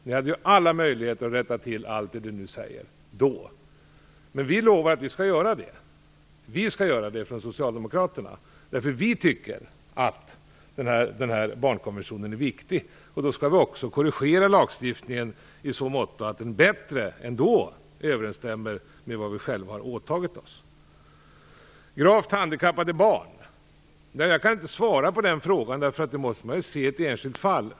Ni hade alla möjligheter då att rätta till allt det Sigge Godin nu vill skall rättas till. Men vi lovar att vi skall göra det. Vi tycker att barnkonventionen är viktig. Då skall vi också korrigera lagstiftningen i så måtto att den bättre överensstämmer med vad vi själva har åtagit oss. Jag kan inte svara på frågan om gravt handikappade barn.